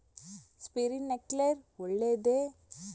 Sprinkler ಒಳ್ಳೇದೇ?